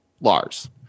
Lars